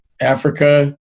Africa